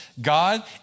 God